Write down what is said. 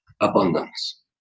abundance